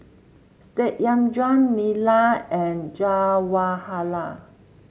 Satyendra Neelam and Jawaharlal